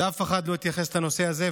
ואף אחד לא התייחס לנושא הזה.